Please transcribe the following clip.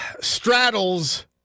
straddles